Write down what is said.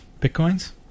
Bitcoins